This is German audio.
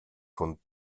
von